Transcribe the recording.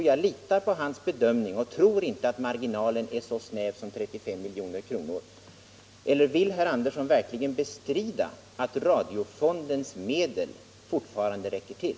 Jag litar på hans bedömning och tror inte att marginalen är så snäv som 35 milj.kr. Eller vill herr Andersson i Lycksele verkligen bestrida att radiofondens medel fortfarande räcker till?